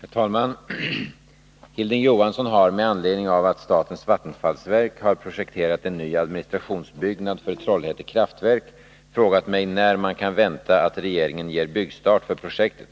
Herr talman! Hilding Johansson har, med anledning av att statens vattenfallsverk har projekterat en ny administrationsbyggnad för Trollhätte Kraftverk, frågat mig när man kan vänta att regeringen ger byggstart för projektet.